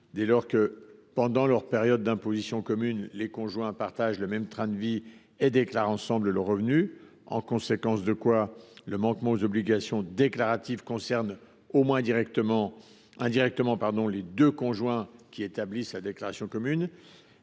dès lors que, pendant leur période d’imposition commune, les conjoints partagent le même train de vie et déclarent ensemble leurs revenus. Le manquement aux obligations déclaratives concerne, au moins indirectement, les deux conjoints, qui établissent la déclaration commune.